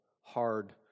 hard